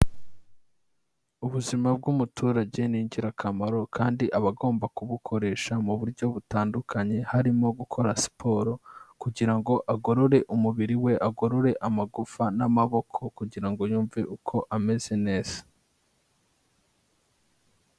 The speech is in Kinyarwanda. Ubuzima bw'umuturage ni ingirakamaro kandi aba agomba kubukoresha mu buryo butandukanye, harimo gukora siporo kugira ngo agorore umubiri we, agorore amagufa n'amaboko, kugira ngo yumve ko ameze neza.